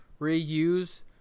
reuse